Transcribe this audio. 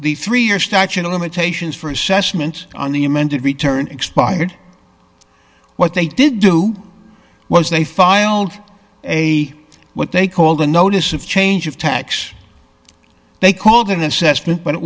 the three year statute of limitations for assessment on the amended return expired what they did do was they filed a what they called a notice of change of tax they called an assessment but it